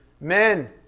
Men